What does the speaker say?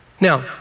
Now